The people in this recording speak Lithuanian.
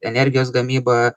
energijos gamyba